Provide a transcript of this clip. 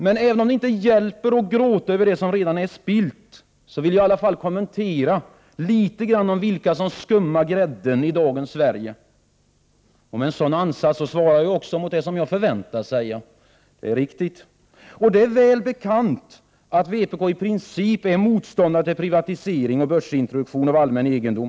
Men även om det inte hjälper att gråta över det som redan är spillt, vill jag något kommentera vilka som skummar grädden i dagens Sverige. Med en sådan ansats svarar jag också mot det som jag förväntas säga. Det är väl bekant att vpk i princip är motståndare till privatiseringar och börsintroduktioner av allmän egendom.